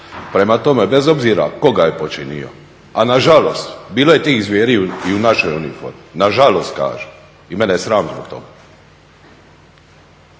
Prema tome, bez obzira tko ga je počinio, a nažalost bilo je tih zvijeri i u našoj uniformi, nažalost kažem i mene je sram zbog toga.